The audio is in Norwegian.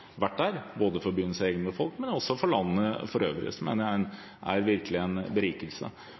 der, både egen befolkning og landet for øvrig, og som jeg mener virkelig er en berikelse.